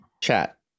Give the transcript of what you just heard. Chat